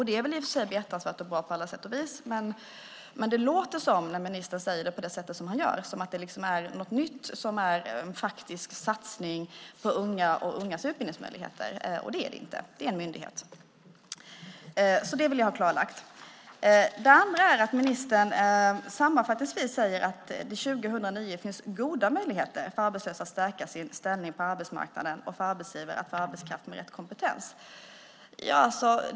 Det är väl i och för sig behjärtansvärt och bra på alla sätt och vis, men när ministern säger det på det sätt som han gör låter det som att det är något nytt och en faktisk satsning på unga och ungas utbildningsmöjligheter. Det är det inte; det är en myndighet. Detta vill jag ha klarlagt. Ministern säger sammanfattningsvis att det 2009 finns goda möjligheter för arbetslösa att stärka sin ställning på arbetsmarknaden och för arbetsgivare att få arbetskraft med rätt kompetens.